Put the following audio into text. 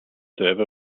server